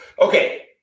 Okay